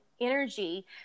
energy